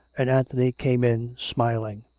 and anthony came in, smiling.